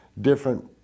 different